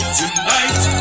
tonight